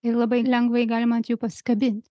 ir labai lengvai galima ant jų pasikabint